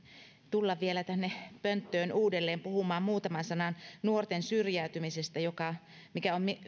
tulla vielä tänne pönttöön uudelleen puhumaan muutaman sanan nuorten syrjäytymisestä mikä on